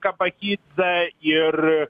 kapahidza ir